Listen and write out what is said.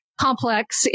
complex